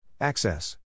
Access